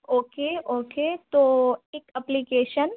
okay okay तो एक application